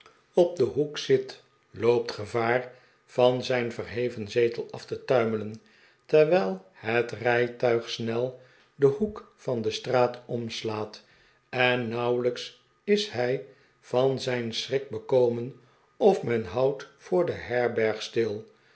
kijkt den hoek zit loopt gevaar van zijn verheven zetel af te tuimelen terwijl het rijtuig snel den hoek van een straat omslaat en nauwelijks is hij van zijn schrik bekomen of men houdt voor de herberg stil